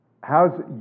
how's